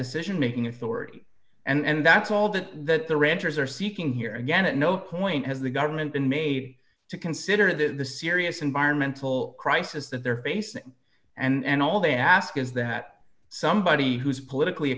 decision making authority and that's all that the ranchers are seeking here again at no point has the government been made to consider the serious environmental crisis that they're facing and all they ask is that somebody who is politically